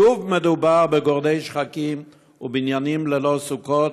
שוב מדובר בגורדי שחקים ובבניינים ללא סוכות,